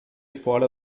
fora